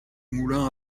moulin